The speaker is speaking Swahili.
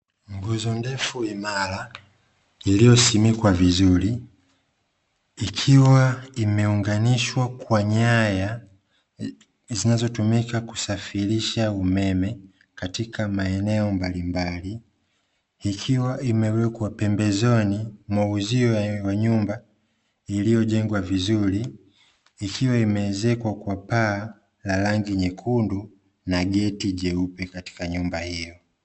Nguzo ndefu imara iliosimikwa vizuri ikiwa imeunganishwa kwa nyaya zinazotumika kusafirisha umeme katika maeneo mbali mbali, ikiwa imewekwa pembezoni mwa uzio wa nyumba iliojengwa vizuri ikiwa imeezekwa kwa paa la rangi nyekundu na geti jeupe katika nyumba hio.